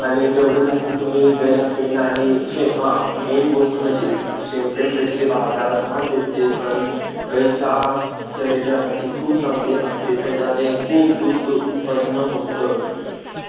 आणि जेवढे जास्त तुम्ही गायीला पेंड आणि शेंग हां मेन गोष्ट म्हणजे शेंगपेंड भेटते बाजारात महाग भेटते पण गायीच्या शरीरासाठी खूप चांगली असते त्याच्याने खूप दूध उत्पन्न होतं